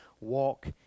walk